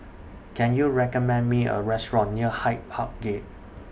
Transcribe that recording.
Can YOU recommend Me A Restaurant near Hyde Park Gate